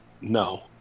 No